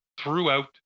throughout